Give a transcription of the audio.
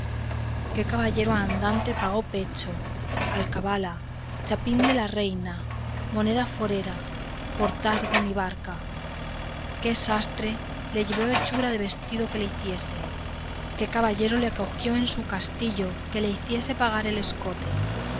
qué caballero andante pagó pecho alcabala chapín de la reina moneda forera portazgo ni barca qué sastre le llevó hechura de vestido que le hiciese qué castellano le acogió en su castillo que le hiciese pagar el escote